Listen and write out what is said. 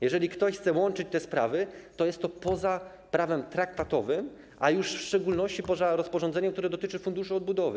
Jeżeli ktoś chce łączyć te sprawy, to jest to poza prawem traktatowym, a już w szczególności poza rozporządzeniem, które dotyczy Funduszu Odbudowy.